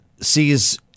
sees